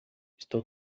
estou